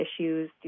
issues